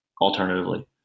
alternatively